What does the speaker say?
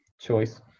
choice